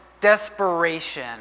desperation